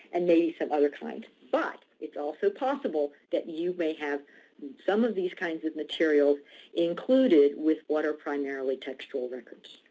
and maybe some other kind. but it's also possible that you may have some of these kinds of materials included with what are primarily textual records.